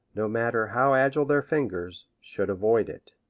no matter how agile their fingers, should avoid it.